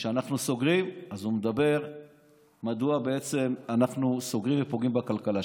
כשאנחנו סוגרים הוא שואל מדוע בעצם אנחנו סוגרים ופוגעים בכלכלה.